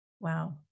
wow